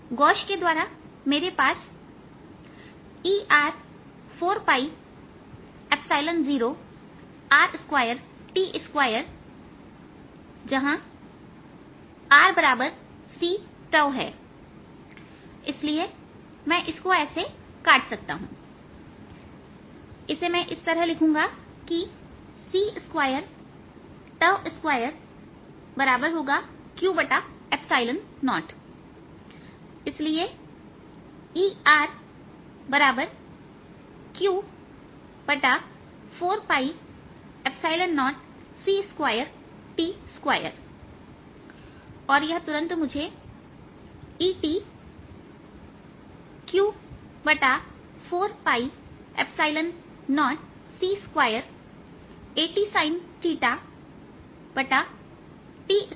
गोसप के द्वारा मेरे पास Er40r2t2जहां rc𝞃 है इसलिए मैं इसको ऐसे काट सकता हूं और इसे इस तरह से लिखूंगा की c2t2q0 इसलिए E r q40c2t2और यह तुरंत मुझे Etqat sin 40c2t2cदेगा